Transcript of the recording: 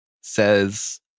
says